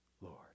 Lord